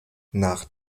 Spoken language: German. nach